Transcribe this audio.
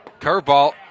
Curveball